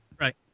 Right